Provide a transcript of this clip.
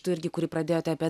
tų irgi kuri pradėjote apie